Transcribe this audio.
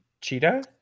Cheetah